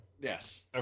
Yes